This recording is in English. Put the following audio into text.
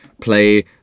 play